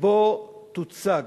שבו תוצג